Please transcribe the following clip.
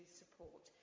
support